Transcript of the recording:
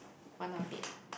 one of it